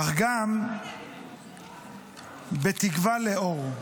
אך גם בתקווה לאור.